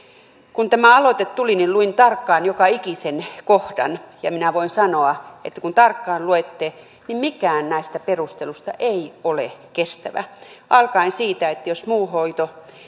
kun tämä aloite tuli niin luin tarkkaan joka ikisen kohdan ja minä voin sanoa että kun tarkkaan luette niin mikään näistä perusteluista ei ole kestävä alkaen siitä että jos muu hoito